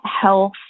health